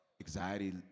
Anxiety